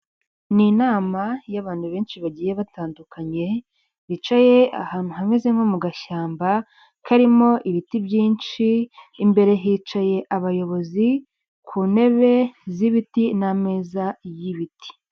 Ni inama y'abantu benshi bagiye batandukanye, bicaye ahantu hameze nko mu gashyamba, karimo ibiti byinshi, imbere hicaye abayobozi ku ntebe z'ibiti n'ameza y'ibiti.